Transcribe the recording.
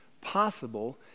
possible